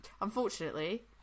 Unfortunately